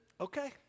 Okay